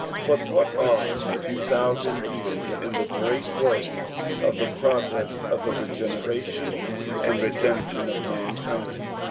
but what are two thousand years in the great work of the progress of the regeneration and redemption of mankind?